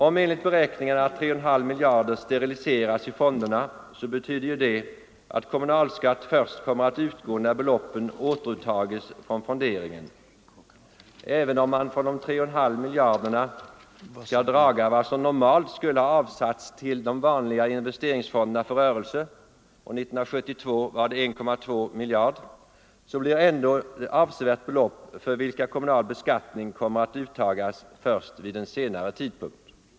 Om enligt beräkningarna 3,5 miljarder steriliseras i fonderna så betyder ju det att kommunalskatt först kommer att utgå när beloppen återuttages från fonderingen. Även om man från de 3,5 miljarderna skall draga vad som normalt skulle ha avsatts till de vanliga investeringsfonderna för rörelse — 1972 var det 1,2 miljarder — så blir det ändå avsevärda belopp för vilka kommunal beskattning kommer att uttagas först vid en senare tidpunkt.